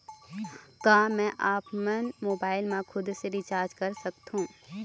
का मैं आपमन मोबाइल मा खुद से रिचार्ज कर सकथों?